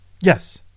Yes